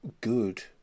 good